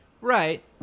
Right